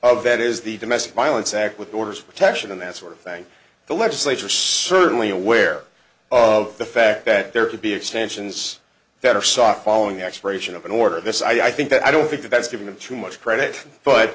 of that is the domestic violence act with orders of protection and that sort of thing the legislature certainly aware of the fact that there could be extensions that are soft following the expiration of an order this i think that i don't think that's giving them too much credit but